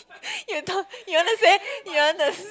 you don~ want to say you want to